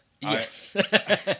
Yes